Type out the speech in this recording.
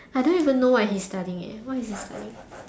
I don't even know what he's studying eh what is he studying